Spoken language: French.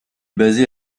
basé